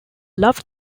loved